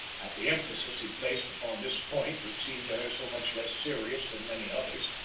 at the emphasis he placed upon this point which seemed to her so much less serious than many others,